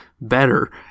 better